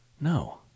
No